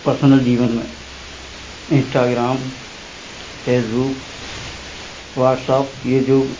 personal जीवन में Instagram Facebook WhatsApp यह जो